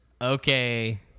okay